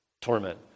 torment